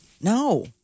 No